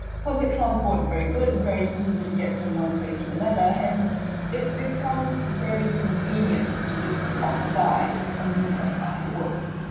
public transport is and very good, very easy to get from one place to another hence it becomes very convenient to just pop by a meetup after work.